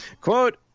Quote